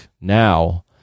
now